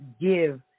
give